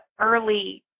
early